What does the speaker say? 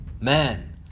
man